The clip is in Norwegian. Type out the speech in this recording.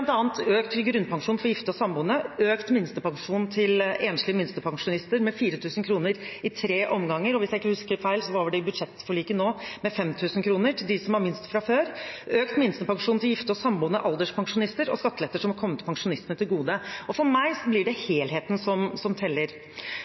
for gifte og samboende, økt minstepensjonen til enslige minstepensjonister med 4 000 kr i tre omganger, og hvis jeg ikke husker feil, var det i budsjettforliket nå med 5 000 kr, til dem som har minst fra før, økt minstepensjonen til gifte og samboende alderspensjonister, og det er skatteletter som har kommet pensjonistene til gode. For meg blir det